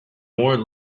more